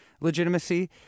legitimacy